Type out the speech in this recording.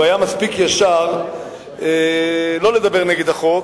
שהוא היה מספיק ישר לא לדבר נגד החוק,